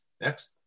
next